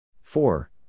Four